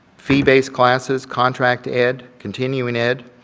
fee-based classes, contract ed, continuing ed,